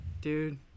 Dude